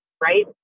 right